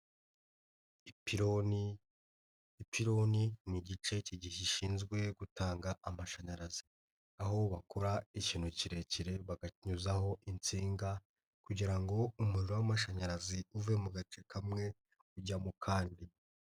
Ipironi, ipironi ni igice gishinzwe gutanga amashanyarazi aho bakura ikintu kirekire bakanyuzaho insinga, kugira umuriro w'amashanyarazi uve mu gace kamwe ujya mu kandi.